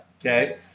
Okay